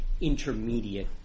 intermediate